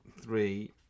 three